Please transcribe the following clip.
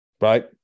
Right